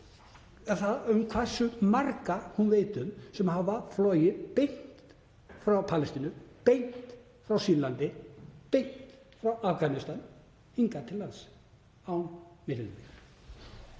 það hversu marga hún veit um sem hafa flogið beint frá Palestínu, beint frá Sýrlandi, beint frá Afganistan hingað til lands án